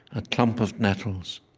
a clump of nettles,